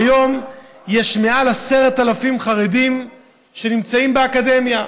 כיום יש מעל 10,000 חרדים שנמצאים באקדמיה.